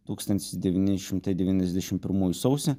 tūkstantis devyni šimtai devyniasdešimtų pirmųjų sausį